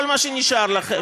כל מה שנשאר לכם,